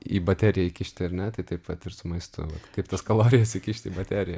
į bateriją įkišti ar ne tai taip vat ir su maistu kaip tas kalorijas įkišt į bateriją